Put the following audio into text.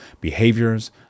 behaviors